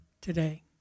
today